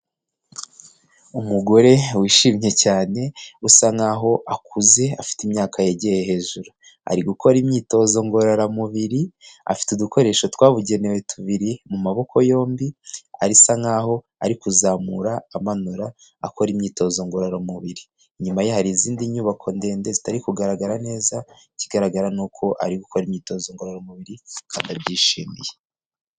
Umugore wishimye cyane usa nkaho akuze afite imyaka yegiye hejuru ari gukora imyitozo ngororamubiri afite udukoresho twabugenewe tubiri mu maboko yombi asa nkaho ari kuzamura amanura akora imyitozo ngororamubiri, inyuma ye hari izindi nyubako ndende zitari kugaragara neza ikigaragara nuko ari gukora imyitozo ngororamubiri kandi abyishimiye.